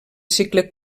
cicle